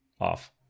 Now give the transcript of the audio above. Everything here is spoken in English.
off